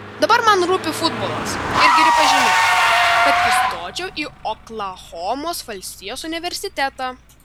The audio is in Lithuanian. dabar man rūpi futbolas ir geri pažymiai kad įstočiau į oklahomos valstijos universitetą